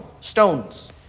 stones